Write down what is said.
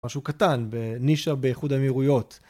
משהו קטן. אה, נישה באיחוד האמירויות.